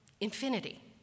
infinity